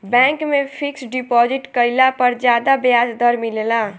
bank में fixed deposit कईला पर ज्यादा ब्याज दर मिलेला